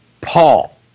Paul